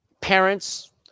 parents